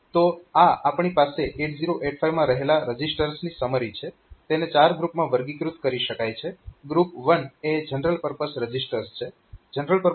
તો આ આપણી પાસે 8086 માં રહેલા રજીસ્ટર્સની સમરી છે તેને ચાર ગ્રુપમાં વર્ગીકૃત કરી શકાય છે ગ્રુપ 1 એ જનરલ પરપઝ રજીસ્ટર્સ છે